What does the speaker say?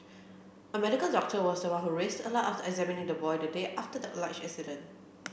a medical doctor was one who raised the alarm after examining the boy the day after the alleged incident